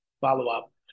follow-up